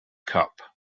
cup